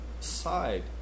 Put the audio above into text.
side